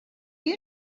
you